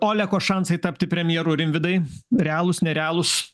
oleko šansai tapti premjeru rimvydai realūs nerealūs